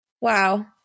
Wow